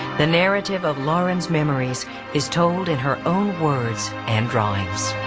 the narrative of lauren's memory is is told in her own words and drawings.